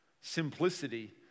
simplicity